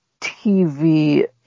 TV